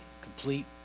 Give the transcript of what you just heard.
complete